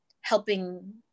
helping